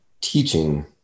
teaching